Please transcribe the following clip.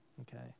okay